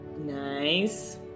Nice